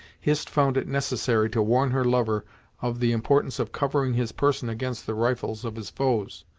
hist found it necessary to warn her lover of the importance of covering his person against the rifles of his foes.